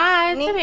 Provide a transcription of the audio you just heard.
אני לא מבינה.